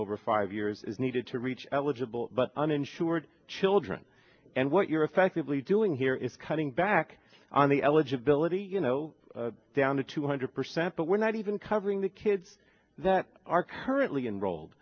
over five years is needed to reach eligible but uninsured children and what you're effectively doing here is cutting back on the eligibility you know down to two hundred percent but we're not even covering the kids that are currently enroll